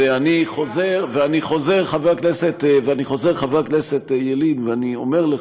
ואני חוזר, חבר הכנסת ילין, ואני אומר לך,